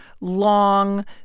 long